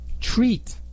treat